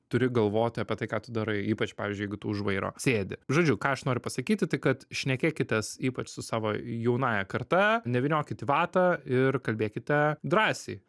turi galvoti apie tai ką tu darai ypač pavyzdžiui jeigu už vairo sėdi žodžiu ką aš noriu pasakyti tai kad šnekėkitės ypač su savo jaunąja karta nevyniokit į vatą ir kalbėkite drąsiai